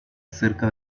cerca